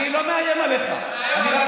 אל תאיים, אל תאיים עליי.